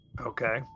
Okay